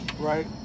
right